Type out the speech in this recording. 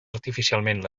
artificialment